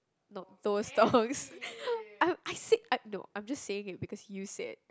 no those thongs I I said I no I'm just saying it because you said